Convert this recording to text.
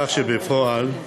כך שבפועל,